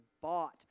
bought